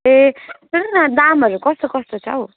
ए सुन्नु न दामहरू कस्तो कस्तो छ हो